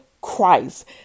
Christ